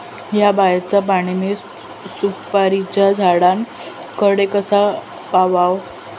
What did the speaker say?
हया बायचा पाणी मी सुपारीच्या झाडान कडे कसा पावाव?